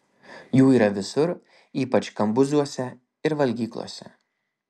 jų yra visur ypač kambuzuose ir valgyklose